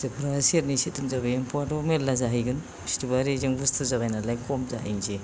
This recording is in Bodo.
फिथोबफ्रा सेरनै सेरनै सोरथाम जाबाय एमफौआथ' मेरला जाहैगोन फिथोबआ रेजें बुस्थु जाबाय नालाय खम जाहैनोसै